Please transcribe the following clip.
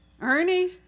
Ernie